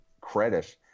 credit